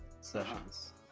sessions